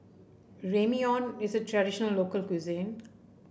ramyeon is a traditional local cuisine